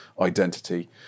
identity